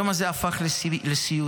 היום הזה הפך לסיוט.